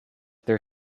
their